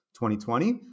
2020